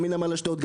גם מנמל אשדוד,